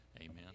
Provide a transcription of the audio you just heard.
Amen